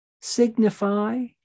signify